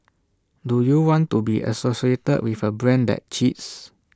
do you want to be associated with A brand that cheats